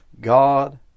God